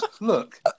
look